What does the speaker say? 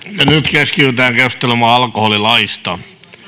keskitytään keskustelemaan alkoholilaista